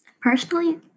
Personally